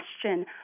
question